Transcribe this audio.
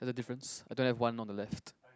there's a difference I don't have one on the left